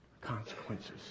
consequences